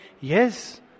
Yes